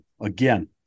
again